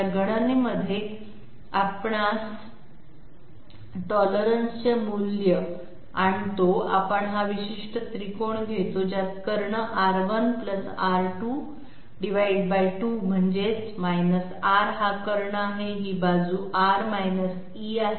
या गणनेमध्ये आपण टॉलरन्सचे मूल्य गणनेमध्ये आणतो आपण हा विशिष्ट त्रिकोण घेतो ज्यात कर्ण R1 R2 2 म्हणजे R हा कर्ण आहे ही बाजू R e आहे